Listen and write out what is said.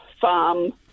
farm